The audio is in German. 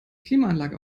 klimaanlage